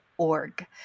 Org